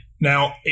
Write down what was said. Now